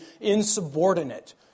insubordinate